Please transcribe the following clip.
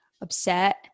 upset